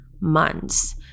months